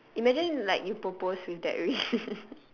imagine like you propose with that ring